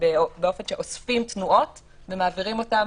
באופן שאוספים תנועות ומעבירים אותן